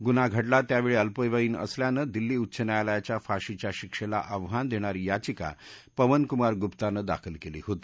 गुन्हा घडला त्यावेळी अल्पवयीन असल्यानं दिल्ली उच्च न्यायालयाच्या फाशीच्या शिक्षेला आव्हानं देणारी याचिका पवन कुमार गुप्तानं दाखल केली होती